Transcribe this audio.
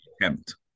attempt